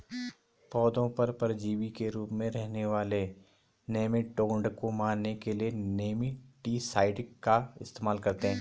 पौधों पर परजीवी के रूप में रहने वाले निमैटोड को मारने के लिए निमैटीसाइड का इस्तेमाल करते हैं